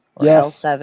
Yes